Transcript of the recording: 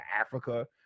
africa